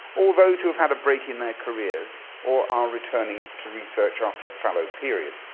or those who have had a break in their careers, or are returning to research after a fallow period.